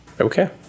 Okay